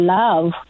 love